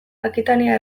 akitania